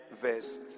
verse